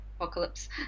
apocalypse